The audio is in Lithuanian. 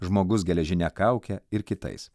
žmogus geležine kauke ir kitais